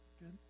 Good